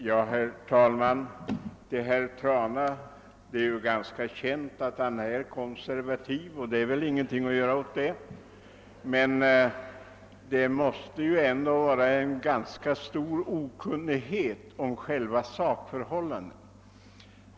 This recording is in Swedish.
Herr talman! Det är ju ganska känt att herr Trana är konservativ, och det är väl ingenting att göra åt det, men han måtte också sväva i en ganska stor okunnighet om själva sakförhållandet.